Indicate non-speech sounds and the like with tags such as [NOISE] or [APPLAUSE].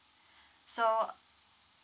so [NOISE]